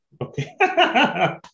okay